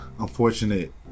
unfortunate